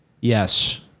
Yes